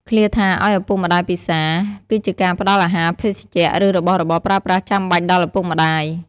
ឃ្លាថា ឲ្យឪពុកម្តាយពិសារ គឺជាការផ្តល់អាហារ ភេសជ្ជៈ ឬរបស់របរប្រើប្រាស់ចាំបាច់ដល់ឪពុកម្តាយ។